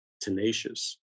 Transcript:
tenacious